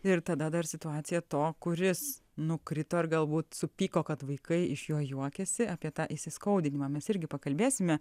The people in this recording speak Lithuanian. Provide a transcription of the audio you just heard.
ir tada dar situaciją to kuris nukrito ir galbūt supyko kad vaikai iš jo juokiasi apie tą įsiskaudinimą mes irgi pakalbėsime